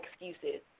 excuses